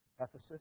Ephesus